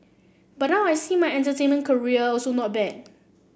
but now I see my entertainment career also not bad